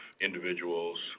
individuals